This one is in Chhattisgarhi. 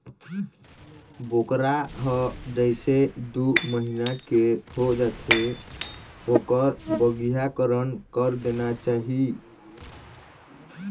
बोकरा ह जइसे दू महिना के हो जाथे ओखर बधियाकरन कर देना चाही